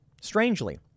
strangely